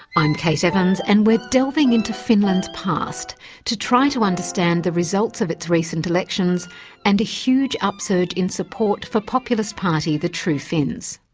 i'm kate evans, and we're delving into finland's past to try to understand the results of its recent elections and a huge upsurge in support populist party the true finns.